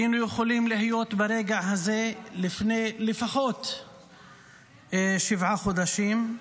היינו יכולים להיות ברגע הזה לפחות לפני שבעה חודשים.